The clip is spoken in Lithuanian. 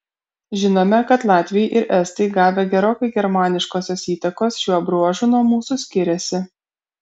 žinome kad latviai ir estai gavę gerokai germaniškosios įtakos šiuo bruožu nuo mūsų skiriasi